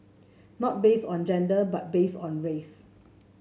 not based on gender but based on race